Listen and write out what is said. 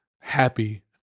happy